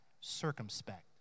circumspect